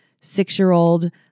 Six-year-old